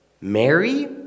Mary